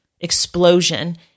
explosion